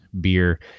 beer